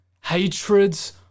hatreds